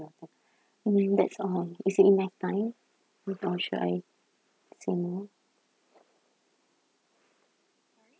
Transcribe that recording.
I mean that's all is it enough time or should I say more